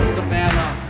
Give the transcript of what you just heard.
Savannah